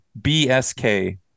BSK